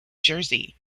jersey